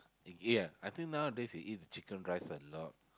yeah I think nowadays we eat chicken rice a lot